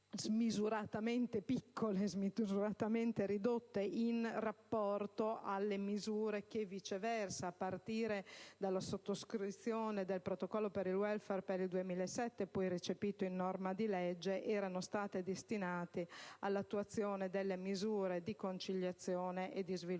di dimensioni straordinariamente piccole in rapporto alle misure che, viceversa, a partire dalla sottoscrizione del protocollo per il *welfare* per il 2007, poi recepito in norma di legge, erano state destinate all'attuazione delle misure di conciliazione e di sviluppo.